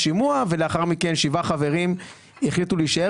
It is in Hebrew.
לשימוע ולאחר מכן שבעה חברים החליטו להישאר